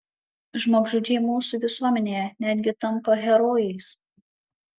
žmogžudžiai mūsų visuomenėje netgi tampa herojais